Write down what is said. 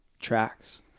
tracks